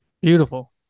Beautiful